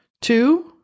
Two